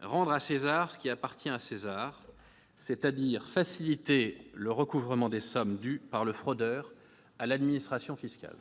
rendre à César ce qui appartient à César, c'est-à-dire faciliter le recouvrement des sommes dues par le fraudeur à l'administration fiscale.